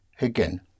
again